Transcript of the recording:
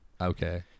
Okay